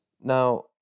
Now